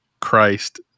Christ